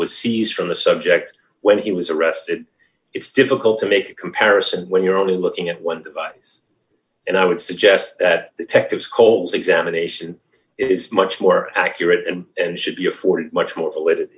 was seized from the subject when he was arrested it's difficult to make a comparison when you're only looking at one vice and i would suggest that the tectum scoles examination is much more accurate and and should be afforded much more